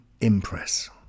impress